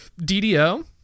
ddo